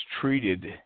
treated